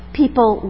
people